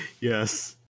Yes